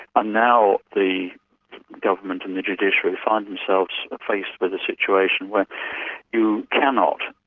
and now the government and the judiciary find themselves placed with a situation where you cannot,